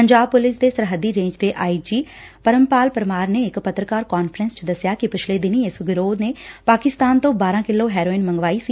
Punjab police ਦੇ ਸਰਹੱਦੀ range ਦੇ ਆਈ ਜੀ ਪਰਮਪਾਲ ਪਰਮਾਰ ਨੇ ਇਕ ਪੱਤਰਕਾਰ ਕਾਨਫਰੰਸ ਚ ਦਸਿਆ ਕਿ ਪਿਛਲੇ ਦਿਨੀ ਇਸ ਗਿਰੋਹ ਨੇ ਪਾਕਿਸਤਾਨ ਤੋ ਬਾਰਾਂ ਕਿਲੋ ਹੈਰੋਇਨ ਮੰਗਵਾਈ ਸੀ